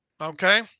Okay